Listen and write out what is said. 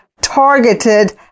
targeted